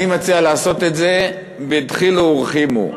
אני מציע לעשות את זה בדחילו ורחימו.